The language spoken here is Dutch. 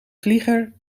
vlieger